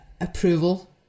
approval